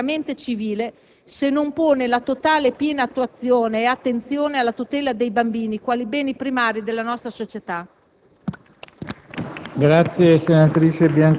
infatti, nessun Paese può definirsi veramente civile se non pone la totale e piena attuazione ed attenzione alla tutela dei bambini, quali beni primari della nostra società.